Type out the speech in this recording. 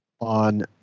on